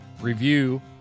review